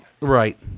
Right